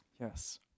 Yes